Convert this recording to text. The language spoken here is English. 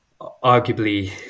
Arguably